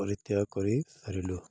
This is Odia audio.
ପରିତ୍ୟାୟ କରିସାରିଲୁ